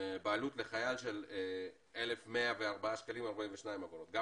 בעלות לחייל של 1,104.42 אגורות גם